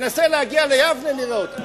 תנסה להגיע ליבנה ונראה אותך.